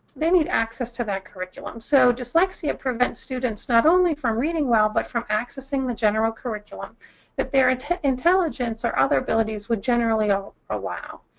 they need access to that curriculum. so dyslexia prevents students not only from reading well, but from accessing the general curriculum that their intelligence or other abilities would generally um allow.